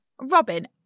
Robin